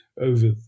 over